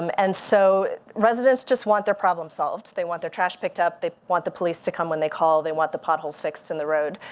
um and so residents just want their problems solved. they want their trash picked up. they want the police to come when they call. they want the potholes fixed in the road.